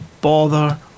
bother